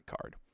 card